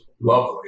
lovely